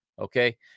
okay